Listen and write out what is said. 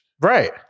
Right